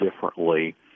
differently